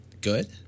good